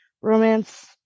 romance